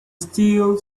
steel